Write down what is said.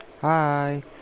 Hi